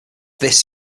this